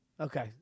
Okay